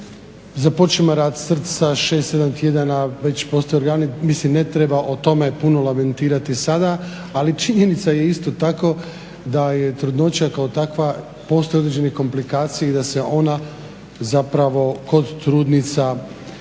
započinje rad srca, šest, sedam tjedana već postoje organi. Mislim ne treba o tome puno lamentirati sada, ali činjenica je isto tako da je trudnoća kao takva postoje određene komplikacije i da se ona zapravo kod trudnica vodi